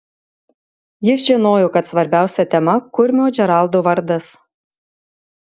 jis žinojo kad svarbiausia tema kurmio džeraldo vardas